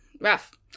Rough